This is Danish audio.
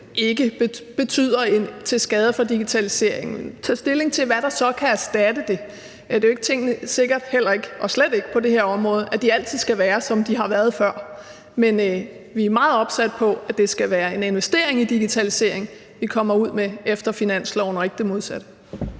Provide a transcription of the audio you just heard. nødvendigvis er til skade for digitaliseringen, men vi skal tage stilling til, hvad der så kan erstatte det. Det er jo ikke sikkert og slet ikke på det her område, at tingene altid skal være, som de har været før. Men vi er meget opsat på, at det skal være en investering i digitalisering, vi kommer ud med efter finanslovsforhandlingerne, og ikke det modsatte.